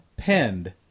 penned